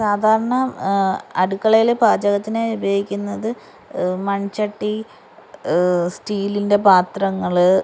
സാധാരണ അടുക്കളയിൽ പാചകത്തിനായ് ഉപയോഗിക്കുന്നത് മൺചട്ടി സ്റ്റീലിന്റെ പാത്രങ്ങൾ